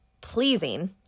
pleasing